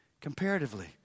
Comparatively